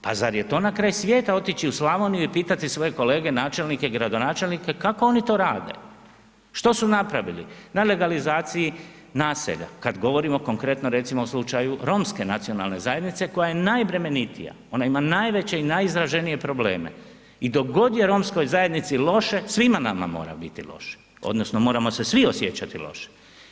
Pa zar je to na kraju svijeta otići u Slavoniju i pitati svoje kolege načelnike i gradonačelnike kako oni to rade, što su napravili na legalizaciji naselja kad govorimo konkretno o slučaju romske nacionalne zajednice koja je najbremenitija, ona ima najveće i najizraženije probleme i dok god je romskoj zajednici loše, svima nama mora biti loše odnosno moramo se svi osjećati loše.